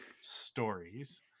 stories